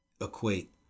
equate